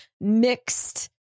mixed